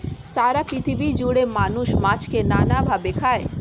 সারা পৃথিবী জুড়ে মানুষ মাছকে নানা ভাবে খায়